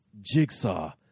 Jigsaw